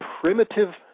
primitive